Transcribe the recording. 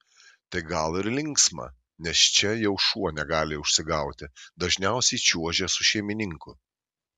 tai gal ir linksma nes čia jau šuo negali užsigauti dažniausiai čiuožia su šeimininku